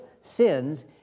sins